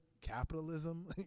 capitalism